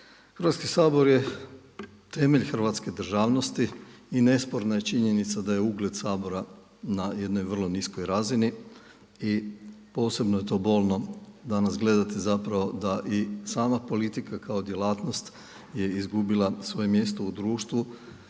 Hrvatski sabor je temelj hrvatske državnosti i nesporna je činjenica da je ugled Sabora na jednoj vrlo niskoj razini i posebno je to bolno danas gledati zapravo da i sama politika kao djelatnost je izgubila svoje mjesto u društvu